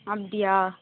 அப்படியா